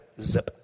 zip